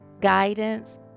guidance